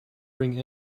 bring